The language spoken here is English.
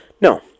No